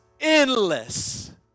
endless